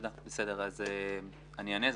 אני אענה.